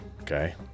okay